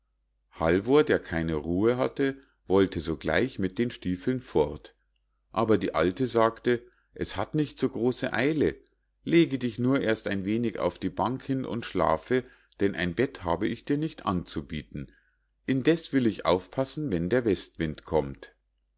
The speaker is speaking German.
halvor der keine ruhe hatte wollte sogleich mit den stiefeln fort aber die alte sagte es hat nicht so große eile lege dich nur erst ein wenig auf die bank hin und schlafe denn ein bett habe ich dir nicht anzubieten indeß will ich aufpassen wenn der westwind kommt